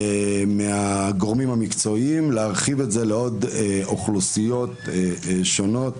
להרחיב את זה לעוד אוכלוסיות שונות.